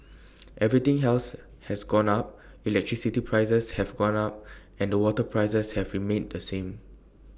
everything else has gone up electricity prices have gone up and the water prices have remained the same